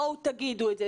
בואו, תגידו את זה.